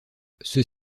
ceux